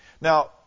Now